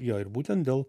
jo ir būtent dėl